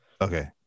Okay